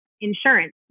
insurance